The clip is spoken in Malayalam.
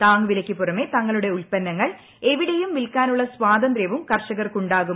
താ്ങ്ങുവിലക്കു പുറമെ തങ്ങളുടെ ഉല്പന്നങ്ങൾ എവിടെയും വില്ക്കാട്നുള്ള് സ്വാതന്ത്ര്യവും കർഷകർക്കുണ്ടാകും